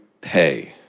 Pay